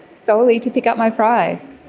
solely to pick up my prize.